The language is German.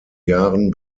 jahren